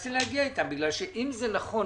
תנסי להגיע אתם כי אם זה נכון,